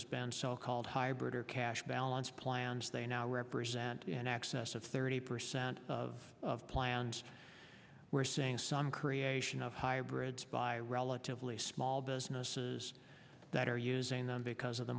has been so called hybrid or cash balance plans they now represent in excess of thirty percent of plans we're seeing some creation of hybrids by relatively small businesses that are using them because of the